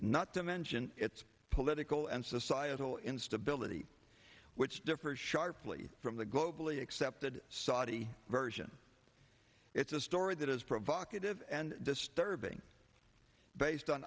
to mention its political and societal instability which differs sharply from the globally accepted saudi version it's a story that is provocative and disturbing based on